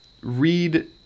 read